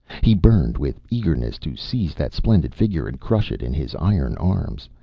he burned with eagerness to seize that splendid figure and crush it in his iron arms,